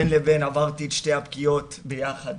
בין לבין עברתי את השתי בפגיעות ביחד,